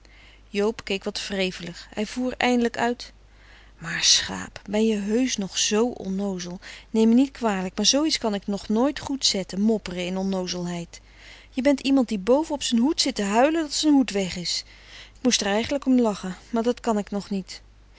joob keek wat wrevelig hij voer eindelijk uit maar schaap ben je heus nog z onnoozel neem me niet kwalijk maar zooies kan ik nog nooit goed zette mopperen in onnoozelheid je bent iemand die boven op zijn hoed zit te huilen dat z'n hoed weg is ik moest er eigelijk om lache maar dat kan ik nog niet